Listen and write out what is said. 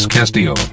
Castillo